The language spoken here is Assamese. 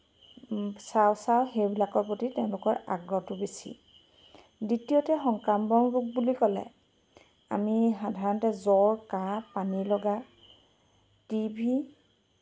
চাও চাও সেইবিলাকৰ প্ৰতি তেওঁলোকৰ আগ্ৰহটো বেছি দ্বিতীয়তে সংক্ৰামক ৰোগ বুলি ক'লে আমি সাধাৰণতে জ্বৰ কাহ পানীলগা টি বি